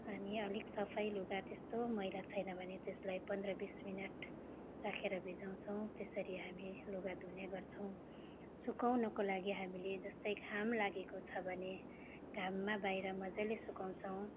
अनि अलिक सफै लुगा त्यस्तो मैला छैन भने त्यसलाई पन्ध्र बिस मिनट राखेर भिजाउँछौँ त्यसरी हामी लुगा धुने गर्छौँ सुकाउनुको लागि हामीले जस्तै घाम लागेको छ भने घाममा बाहिर मजाले सुकाउँछौँ